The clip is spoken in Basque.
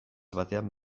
batean